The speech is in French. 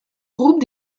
groupe